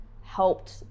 helped